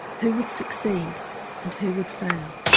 who would succeed and who would fail?